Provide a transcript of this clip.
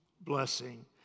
blessing